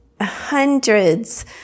hundreds